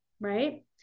right